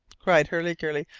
cried hurliguerly.